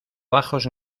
bajos